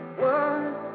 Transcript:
words